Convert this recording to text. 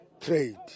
trade